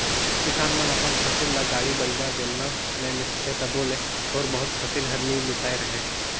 किसान मन अपन फसिल ल गाड़ी बइला, बेलना मे मिसथे तबो ले थोर बहुत फसिल हर नी मिसाए रहें